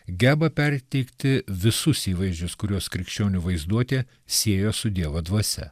geba perteikti visus įvaizdžius kuriuos krikščionių vaizduotė siejo su dievo dvasia